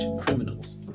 criminals